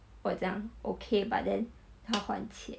我讲 okay but then 他换妾